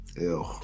Ew